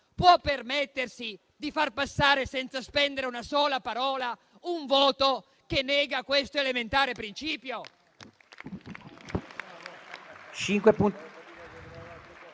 può permettersi di far passare senza spendere una sola parola un voto che nega questo elementare principio?